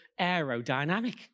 aerodynamic